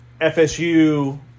FSU